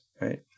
right